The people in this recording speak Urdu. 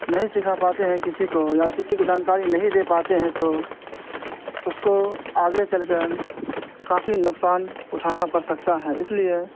نہیں سکھا پاتے ہیں کہ کسی کو یا کسی کو جانکاری نہیں دے پاتے ہیں تو اس کو آگے چل کر کافی نقصان اٹھانا پڑ سکتا ہے اس لیے